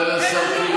סגן השר קיש,